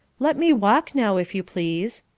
let me walk now if you please,